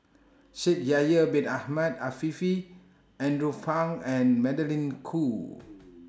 Shaikh Yahya Bin Ahmed Afifi Andrew Phang and Magdalene Khoo